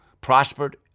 prospered